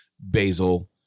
basil